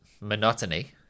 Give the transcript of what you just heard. Monotony